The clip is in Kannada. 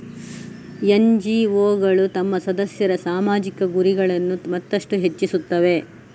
ಎನ್.ಜಿ.ಒಗಳು ತಮ್ಮ ಸದಸ್ಯರ ಸಾಮಾಜಿಕ ಗುರಿಗಳನ್ನು ಮತ್ತಷ್ಟು ಹೆಚ್ಚಿಸುತ್ತವೆ